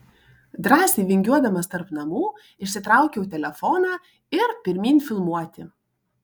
drąsiai vingiuodamas tarp namų išsitraukiau telefoną ir pirmyn filmuoti